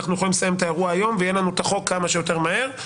אנחנו יכולים לסיים את האירוע היום ויהיה לנו את החוק כמה שיותר מהר.